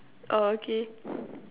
oh okay